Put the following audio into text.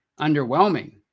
underwhelming